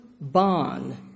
bond